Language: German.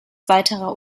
weiterer